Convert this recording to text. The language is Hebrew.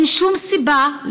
אין שום סיבה,